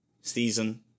season